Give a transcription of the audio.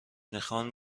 میخوان